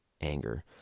anger